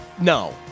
No